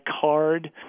card